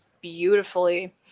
beautifully